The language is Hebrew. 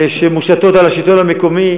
שמושתות על השלטון המקומי,